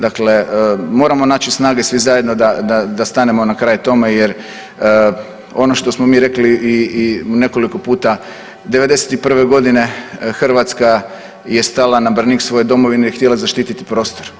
Dakle, moramo naći snage svi zajedno da stanemo na kraj tome jer ono što smo mi rekli i nekoliko puta, 1991. godine Hrvatska je stala na branik svoje domovine jer je htjela zaštiti prostor.